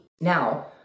Now